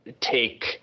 take